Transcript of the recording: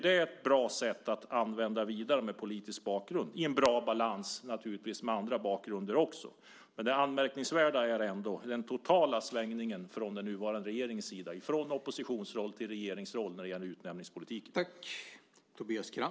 Det är ett bra sätt att använda sig av personer med politisk bakgrund i bra balans med andra bakgrunder. Det anmärkningsvärda är ändå den totala svängningen hos den nuvarande regeringen från oppositionsroll till regeringsroll när det gäller utnämningspolitiken.